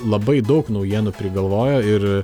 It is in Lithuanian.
labai daug naujienų prigalvojo ir